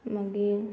मागीर